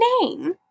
name